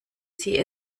sie